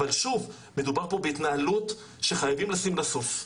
אבל שוב, מדובר פה בהתנהלות שחייבים לשים לה סוף.